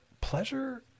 pleasure